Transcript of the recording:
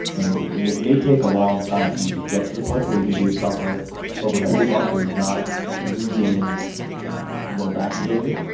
and it may take a long time for you to get to the point where you can do proper overhead squats where you're not losing lower back stability.